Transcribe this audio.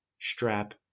strap